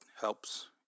helps